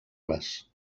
les